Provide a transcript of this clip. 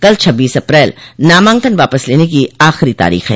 कल छब्बीस अप्रैल नामांकन वापस लेने की आखिरी तारीख है